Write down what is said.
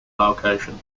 location